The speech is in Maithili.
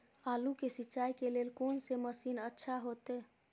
आलू के सिंचाई के लेल कोन से मशीन अच्छा होते?